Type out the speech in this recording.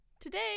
today